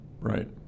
Right